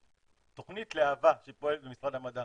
תוכנית להב"ה שפועלת במשרד המדע